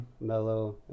mellow